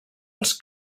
als